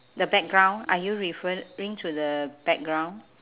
the background are you referring to the background